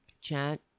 Chat